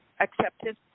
accepted